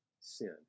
sin